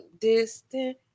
Distant